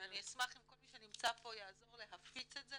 ואני אשמח אם כל מי שנמצא פה יעזור להפיץ את זה,